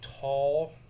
tall